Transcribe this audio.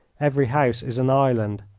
every house is an island.